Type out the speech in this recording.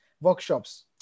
workshops